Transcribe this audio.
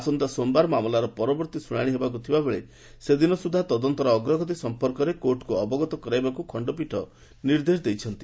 ଆସନ୍ତା ସୋମବାର ମାମଲାର ପରବର୍ତୀ ଶ୍ରୁଶାଣି ହେବାକୁ ଥିବାବେଳେ ସେଦିନ ସୁଦ୍ଧା ତଦନ୍ତର ଅଗ୍ରଗତି ସଂପର୍କରେ କୋର୍ଟକୁ ଅବଗତ କରାଇବାକୁ ଖଖପୀଠ ନିର୍ଦ୍ଦେଶ ଦେଇଛନ୍ତି